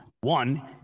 One